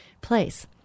place